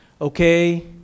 okay